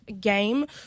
game